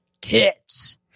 tits